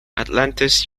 atlantis